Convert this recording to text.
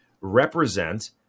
represent